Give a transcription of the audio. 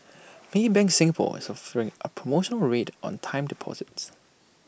maybank Singapore is offering A promotional rate on time deposits